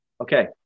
Okay